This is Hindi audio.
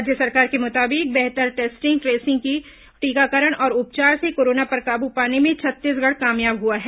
राज्य सरकार के मुताबिक बेहतर टेस्टिंग ट्रेसिंग टीकाकरण और उपचार से कोरोना पर काबू पाने में छत्तीसगढ़ कामयाब हुआ है